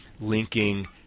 linking